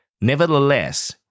Nevertheless